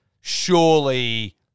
surely